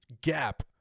gap